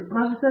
professor V